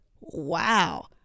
Wow